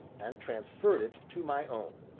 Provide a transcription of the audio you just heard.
and transferred it to my own.